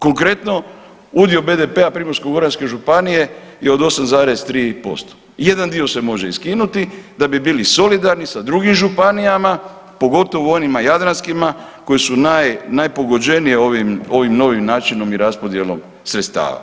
Konkretno, udio BDP-a Primorsko-goranske županije je od 8,3%, jedan dio se može i skinuti da bi bili solidarni sa drugim županijama, pogotovo onima jadranskima koji su naj, najpogođenije ovim, ovim novim načinom i raspodjelom sredstava.